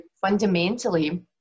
fundamentally